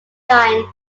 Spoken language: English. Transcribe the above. line